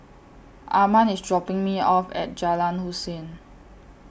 Arman IS dropping Me off At Jalan Hussein